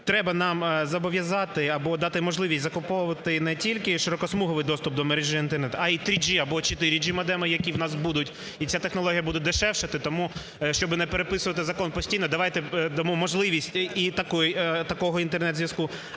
треба нам зобов'язати або дати можливість закуповувати не тільки широкосмуговий доступ до мережі Інтернет, а й 3G або 4G модеми, які у нас будуть. І ця технологія буде дешевшати. Тому, щоб не переписувати закон постійно, давайте дамо можливість і такого Інтернет-зв'язку.